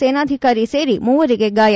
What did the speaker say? ಸೇನಾಧಿಕಾರಿ ಸೇರಿ ಮೂವರಿಗೆ ಗಾಯ